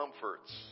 comforts